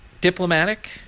diplomatic